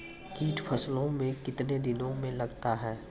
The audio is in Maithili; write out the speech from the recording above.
कीट फसलों मे कितने दिनों मे लगते हैं?